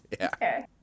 Okay